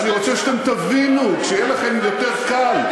אני רוצה שאתם תבינו, שיהיה לכם יותר קל.